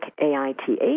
A-I-T-H